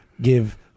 give